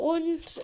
Und